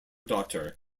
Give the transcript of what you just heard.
daughter